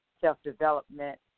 self-development